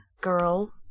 girl